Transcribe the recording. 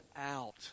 out